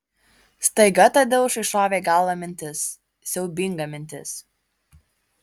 staiga tadeušui šovė į galvą mintis siaubinga mintis